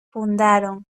fundaron